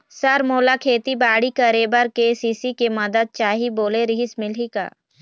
Sir मोला खेतीबाड़ी करेबर के.सी.सी के मंदत चाही बोले रीहिस मिलही का?